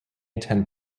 attend